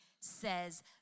says